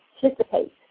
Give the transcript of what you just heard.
participate